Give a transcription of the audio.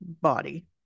Body